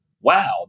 wow